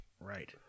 Right